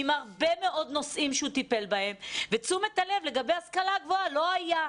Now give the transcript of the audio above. עם הרבה נושאים לטיפול ותשומת הלב לגבי השלכה גבוהה לא הייתה.